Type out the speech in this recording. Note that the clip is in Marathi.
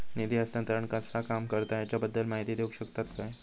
निधी हस्तांतरण कसा काम करता ह्याच्या बद्दल माहिती दिउक शकतात काय?